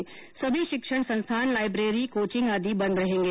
वहीं सभी शिक्षण संस्थान लाइब्रेरी कोचिंग बंद रहेंगे